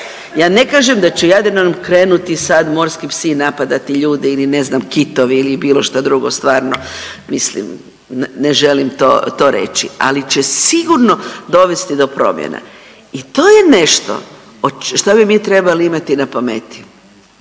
Ja ne kažem da će Jadranom krenuti sad morski psi napadati ljude ili ne znam kitovi ili bilo šta drugo stvarno mislim ne želim to, to reći, ali će sigurno dovesti do promjena. I to je nešto šta bi mi trebali imati na pameti.